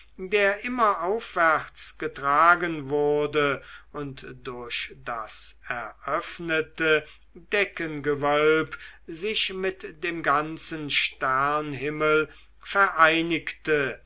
der immer aufwärts getragen wurde und durch das eröffnete deckengewölb sich mit dem ganzen sternhimmel vereinigte